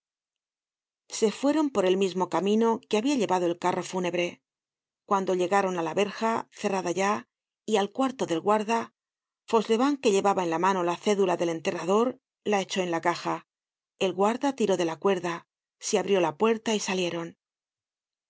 se fueron por el mismo camino que habia llevado el carro fúnebre cuando llegaron á la verja cerrada ya y al cuarto del guarda fauchelevent que llevaba en la mano la cédula del enterrador la echó en la caja el guarda tiró de la cuerda se abrió la puerta y salieron